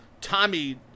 Tommy